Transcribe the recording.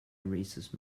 racist